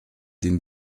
den